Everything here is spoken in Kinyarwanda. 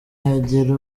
hagira